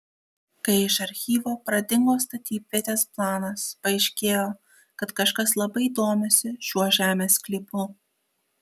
kai iš archyvo pradingo statybvietės planas paaiškėjo kad kažkas labai domisi šiuo žemės sklypu